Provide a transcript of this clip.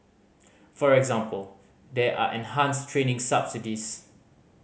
for example there are enhanced training subsidies